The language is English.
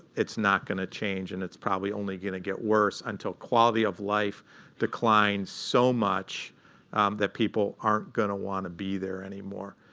it's not going to change, and it's probably only going to get worse until quality of life declines so much that people aren't going to want to be there anymore.